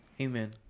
Amen